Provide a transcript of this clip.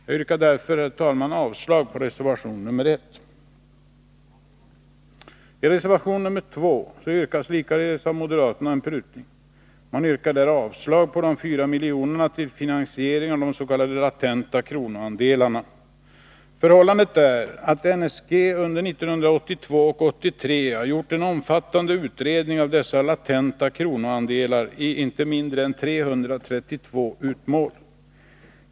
Jag yrkar därför, herr talman, avslag på reservation 1. I reservation 2 yrkar likaledes moderaterna en prutning. Man yrkar nämligen avslag på de 4 miljonerna till finansiering av s.k. latenta kronoandelar. Förhållandet är att NSG under 1982-1983 gjort en omfattande utredning av dessa latenta kronoandelar i 332 utmål.